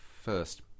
first